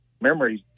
memories